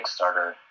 Kickstarter